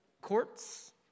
courts